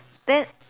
then